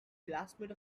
classmate